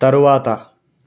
తరువాత